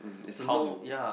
mm it's how you